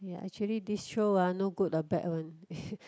ya actually this show uh no good ah bad one